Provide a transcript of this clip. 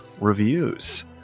reviews